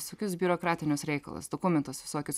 visokius biurokratinius reikalus dokumentus visokius